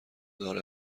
دار